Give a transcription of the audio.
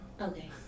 Okay